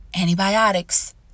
Antibiotics